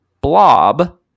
Blob